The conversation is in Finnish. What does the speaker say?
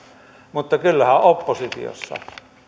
että kyllähän oppositiossa